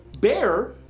bear